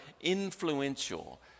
influential